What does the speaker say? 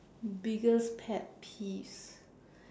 biggest pet peeves